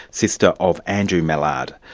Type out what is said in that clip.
sister of andrew mallard.